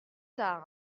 tard